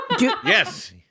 Yes